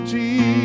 Jesus